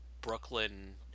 Brooklyn